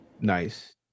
Nice